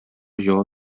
җавап